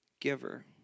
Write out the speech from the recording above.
giver